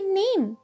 name